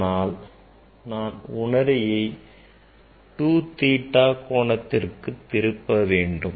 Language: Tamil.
ஆனால் நான் உணரியை 2 theta கோணத்திற்கு திருப்ப வேண்டும்